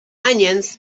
onions